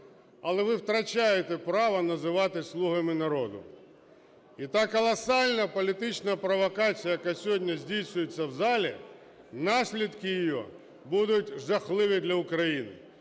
Але ви втрачаєте право називатися "Слугами народу". І та колосальна політична провокація, яка сьогодні здійснюється в залі, наслідки її будуть жахливі для України,